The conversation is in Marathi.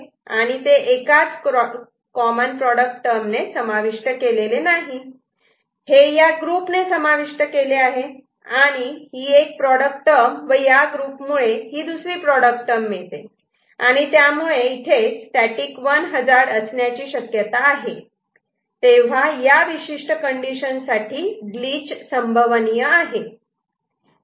आणि ते एकाच कॉमन प्रॉडक्ट टर्म ने समाविष्ट केलेले नाही हे या ग्रुपने समाविष्ट केले आहे आणि ही एक प्रॉडक्ट टर्म व या ग्रुप मुळे ही दुसरी प्रॉडक्ट टर्म मिळते आणि त्यामुळे स्टॅटिक 1 हजार्ड असण्याची शक्यता आहे तेव्हा या विशिष्ट कंडिशन साठी ग्लिच संभवनीय आहे